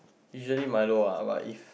usually Milo lah but if